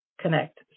connect